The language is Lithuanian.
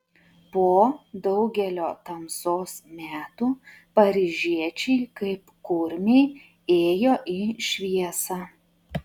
po daugelio tamsos metų paryžiečiai kaip kurmiai ėjo į šviesą